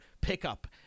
pickup